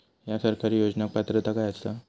हया सरकारी योजनाक पात्रता काय आसा?